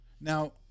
Now